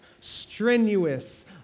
strenuous